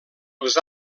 els